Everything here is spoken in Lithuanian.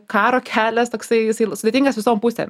karo kelias toksai jisai sudėtingas visom pusėm